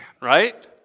Right